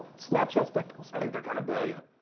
snapchat spectacles. i think they're kind of brilliant.